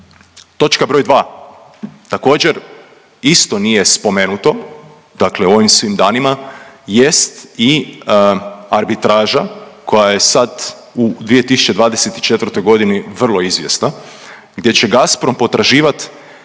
Točka br. 2, također, isto nije spomenuto, dakle u ovim svim danima jest i arbitraža koja je sad u 2024. vrlo izvjesna gdje će Gazprom potraživati,